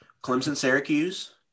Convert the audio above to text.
Clemson-Syracuse